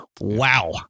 wow